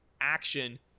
action